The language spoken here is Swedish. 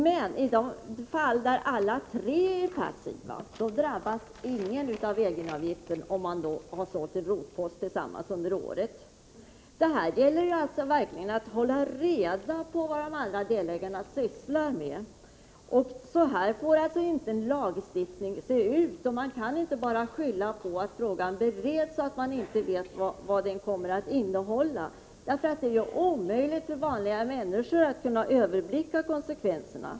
Men i de fall där alla tre är passiva drabbas ingen av egenavgiften, om man har sålt en rotpost tillsammans under året. Här gäller det alltså verkligen att hålla reda på vad de andra delägarna sysslar med. Så här får inte en lagstiftning se ut, och man kan inte bara skylla på att frågan bereds och att man inte vet vad ett förslag kommer att innehålla. Det är ju omöjligt för vanliga människor att överblicka konsekvenserna.